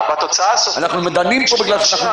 שיגיש את